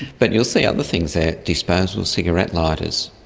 but you'll see other things there disposable cigarette lighters,